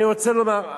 אני רוצה לומר,